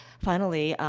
finally,